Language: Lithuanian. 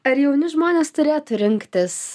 ar jauni žmonės turėtų rinktis